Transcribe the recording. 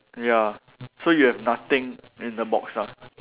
ya so you have nothing in the box ah